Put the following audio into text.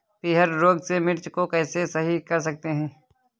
पीहर रोग से मिर्ची को कैसे सही कर सकते हैं?